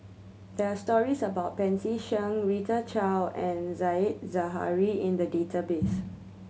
there are stories about Pancy Seng Rita Chao and Said Zahari in the database